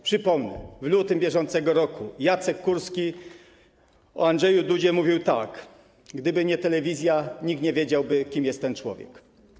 Przypomnę, w lutym br. Jacek Kurski o Andrzeju Dudzie mówił tak: Gdyby nie telewizja, nikt nie wiedziałby, kim jest ten człowiek.